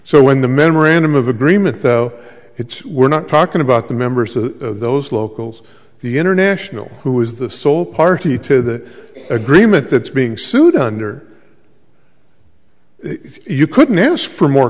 so when the memorandum of agreement though it's we're not talking about the members of those locals the international who was the sole party to the agreement that's being sued under you couldn't ask for more